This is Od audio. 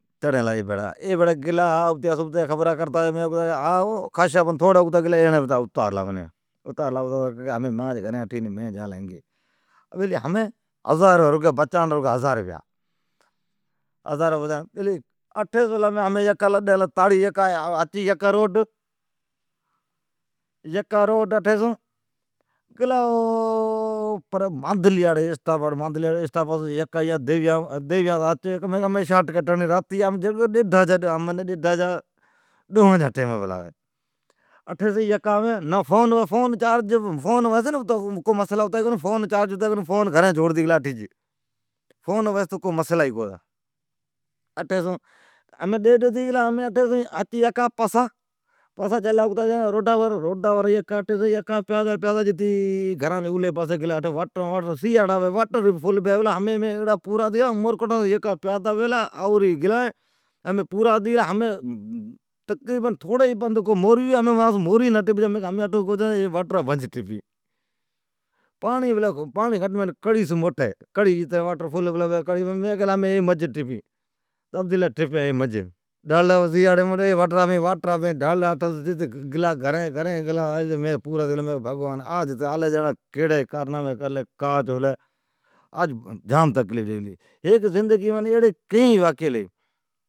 بڑی ای بھیڑا چڑلا ھا ابھتیا سبھتیا خبرا کرتا گلا، تھوڑا اگتا گلا ایڑین بھی منین پتا اتارلا، بیلی ھمین، رگا ھزار رپیا بچاڑین لی۔ پچھی ھچ جھلین لا سدھا پکا جتی پجلا مادھل، پچھی مین کیلی جھلین لا شاٹکٹ۔ راتی جی ڈیڈھان جا ڈوئان جا ٹیمھتی گلا فون کونی ھتی۔ فون ھویس تو مسلا کو ھتا، فون چارج ھتی کونی اٹھی چھوڑتی گلا گھرین۔ پچھی ھچ پاسا یکا، پاسا پاسا یکا جھلتی، گھران اولی پاسی اٹھی واٹر بھروڑا پلا ہے، سیاڑا ھوی، عمرکوتاس کرتی آھوری تائین یکا پندھ بیلا ہے تھکتی گلا۔ تھوڑا پندھ موری ھوی، ھمین مانس اترا پندھ نا بیجی جکو مین موری ٹپین۔ ھمین مین کیلی ٹپین لا واٹر۔ واتر پلا بھی کڑی جڈی پاڑین ھوی، ٹپین لا واٹر ڈی واٹرا مئین۔ واٹر ٹپتی گلا گھرین۔ آج مین کلی بھگوان الھ کاچ ھلی، الھی کیڑی کارنامین کرلی ایڑی تقلیف ھلی۔ ایڑی زندگیم کئین واقعی ھلی۔